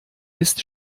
ist